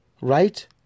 right